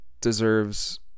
deserves